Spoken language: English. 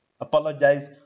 apologize